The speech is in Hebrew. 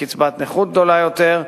קצבת נכות גדולה יותר,